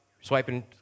swiping